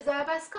שזה היה בהסכמה.